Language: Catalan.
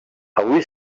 avui